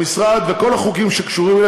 המשרד וכל החוקים שקשורים אליו,